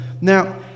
Now